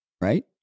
right